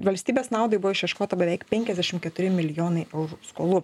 valstybės naudai buvo išieškota beveik penkiasdešimt keturi milijonai eurų skolų